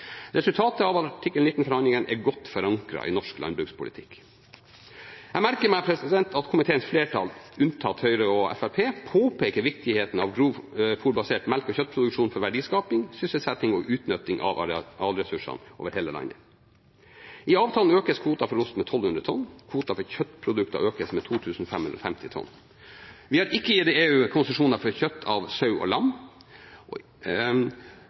Resultatet av artikkel 19-forhandlingene er godt forankret i norsk landbrukspolitikk. Jeg merker meg at komiteens flertall, unntatt Høyre og Fremskrittspartiet, påpeker viktigheten av grovfôrbasert melke- og kjøttproduksjon for verdiskaping, sysselsetting og utnytting av arealressursene over hele landet. I avtalen økes kvoten for ost med 1 200 tonn. Kvoten for kjøttprodukter økes med 2 550 tonn. Vi har ikke gitt EU konsesjoner for kjøtt av sau og lam.